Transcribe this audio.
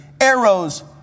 arrows